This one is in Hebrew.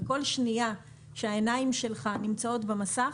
כל שנייה שהעיניים שלך נמצאות במסך,